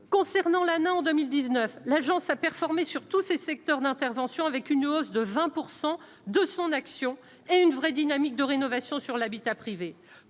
concernant l'main en 2019, l'agence a performé sur tous ces secteurs d'intervention avec une hausse de 20 pourcent de son action et une vraie dynamique de rénovation sur l'habitat privé